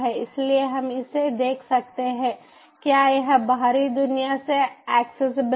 इसलिए हम इसे देख सकते हैं क्या यह बाहरी दुनिया से ऐक्सेसबल है